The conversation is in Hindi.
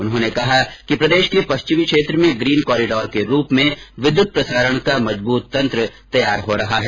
उन्होंने कहा कि प्रदेश के पश्चिमी क्षेत्र में ग्रीन कॉरिडोर के रूप में विद्युत प्रसारण का मजबूत तंत्र तैयार हो रहा है